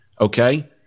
Okay